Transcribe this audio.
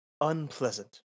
Unpleasant